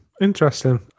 Interesting